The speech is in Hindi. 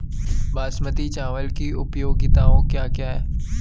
बासमती चावल की उपयोगिताओं क्या क्या हैं?